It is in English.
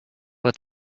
but